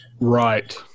Right